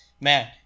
man